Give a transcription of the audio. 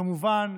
כמובן,